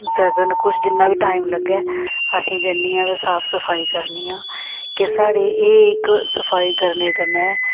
कुछ जिन्ना बी टाइम लग्गै असें जन्नी आं ते साफ सफाई करनी आं कि साढ़े एह् इक सफाई करने कन्नै